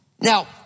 Now